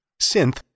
Synth